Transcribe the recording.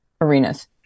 arenas